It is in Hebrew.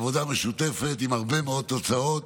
עבודה משותפת עם הרבה מאוד תוצאות.